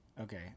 okay